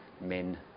men